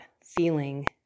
feeling